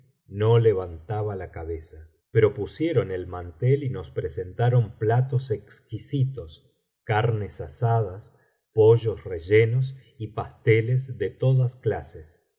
no levantaba la cabeza pero pusieron el mantel y nos presentaron platos exquisitos earnes asadas pollos rellenos y pasteles de todas clases y